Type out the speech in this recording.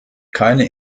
keine